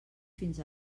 fins